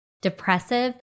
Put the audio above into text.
depressive